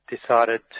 decided